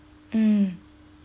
mm